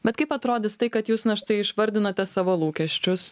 bet kaip atrodys tai kad jūs na štai išvardinote savo lūkesčius